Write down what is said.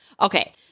okay